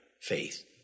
faith